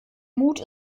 mut